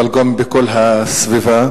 אבל גם בכל הסביבה.